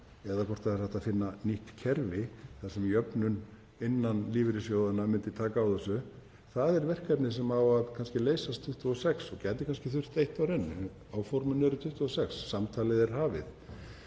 eða hvort það er hægt að finna nýtt kerfi þar sem jöfnun innan lífeyrissjóðanna myndi taka á þessu, það er verkefni sem á að leysast 2026. Það gæti kannski þurft eitt ár enn en áformin eru 2026. Samtalið er hafið.